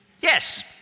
Yes